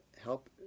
help